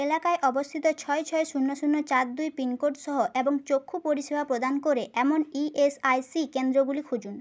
এলাকায় অবস্থিত ছয় ছয় শূন্য শূন্য চার দুই পিনকোড সহ এবং চক্ষু পরিষেবা প্রদান করে এমন ই এস আই সি কেন্দ্রগুলি খুঁজুন